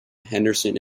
henderson